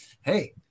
hey